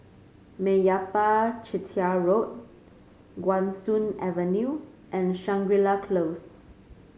Meyappa Chettiar Road Guan Soon Avenue and Shangri La Close